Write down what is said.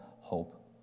hope